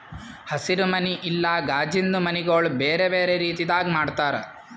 ಹಸಿರು ಮನಿ ಇಲ್ಲಾ ಕಾಜಿಂದು ಮನಿಗೊಳ್ ಬೇರೆ ಬೇರೆ ರೀತಿದಾಗ್ ಮಾಡ್ತಾರ